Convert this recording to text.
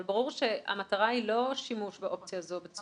אבל ברור שהמטרה היא לא שימוש באופציה הזאת.